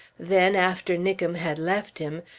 then, after nickem had left him,